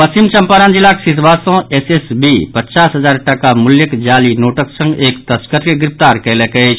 पश्चिम चंपारण जिलाक सिसवा सँ एसएसबी पचास हजार टाका मूल्यक जाली नोटक संग एक तस्कर के गिरफ्तार कयलक अछि